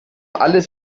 alles